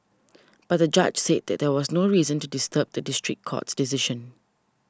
but the judge said that there was no reason to disturb the district court's decision